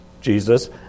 Jesus